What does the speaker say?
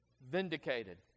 vindicated